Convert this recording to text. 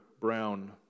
Brown